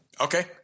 Okay